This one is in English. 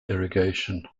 irrigation